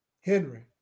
Henry